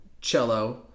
cello